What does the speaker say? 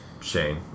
Shane